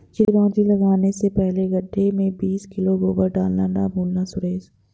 चिरौंजी लगाने से पहले गड्ढे में बीस किलो गोबर डालना ना भूलना सुरेश